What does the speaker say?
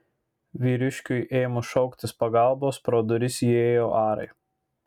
vyriškiui ėmus šauktis pagalbos pro duris įėjo arai